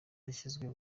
yashyizwe